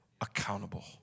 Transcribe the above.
Accountable